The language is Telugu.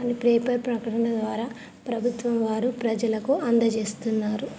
అని పేపర్ ప్రకటన ద్వారా ప్రభుత్వం వారు ప్రజలకు అందచేస్తున్నారు